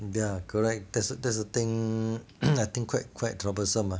ya correct that's the that's the thing I think quite troublesome ah